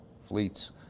fleets